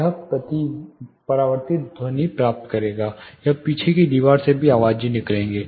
वह परावर्तनित ध्वनि प्राप्त करेगा वह पीछे की दीवार से भी आवाजें निकालेंगे